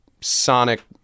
sonic